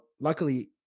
Luckily